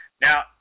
Now